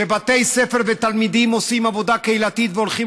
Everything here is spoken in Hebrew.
שבתי ספר ותלמידים עושים עבודה קהילתית והולכים